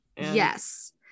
yes